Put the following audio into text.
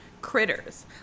critters